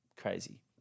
crazy